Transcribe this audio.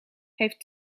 heeft